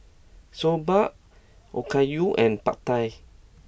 Soba Okayu and Pad Thai